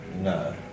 no